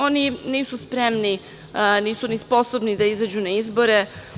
Oni nisu spremni, nisu ni sposobni da izađu na izbore.